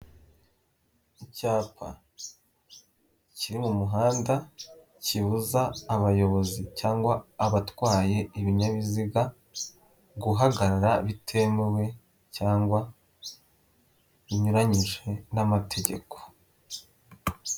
Icyapa kiri mu muhanda kibuza abayobozi cyangwa abatwaye ibinyabiziga guhagarara bitemewe cyangwa binyuranyije n'amategeko.